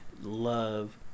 love